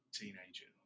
teenager